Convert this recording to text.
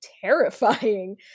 terrifying